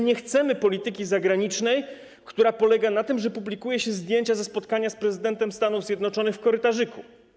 Nie chcemy polityki zagranicznej, która polega na tym, że publikuje się zdjęcia ze spotkania z prezydentem Stanów Zjednoczonych w korytarzyku.